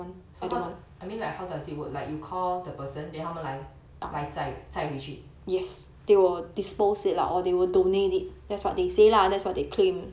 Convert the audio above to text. so how doe~ I mean like how does it work like you call the person then 他们来来载回去